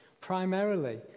primarily